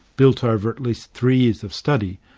built over at least three years of study,